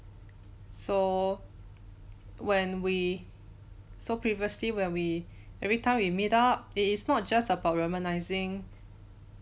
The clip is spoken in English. so when we saw previously where we every time we meet up it is not just about reminiscing